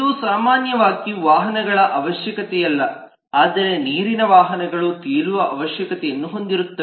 ಇದು ಸಾಮಾನ್ಯವಾಗಿ ವಾಹನಗಳ ಅವಶ್ಯಕತೆಯಲ್ಲ ಆದರೆ ನೀರಿನ ವಾಹನಗಳು ತೇಲುವ ಅವಶ್ಯಕತೆಯನ್ನು ಹೊಂದಿರುತ್ತವೆ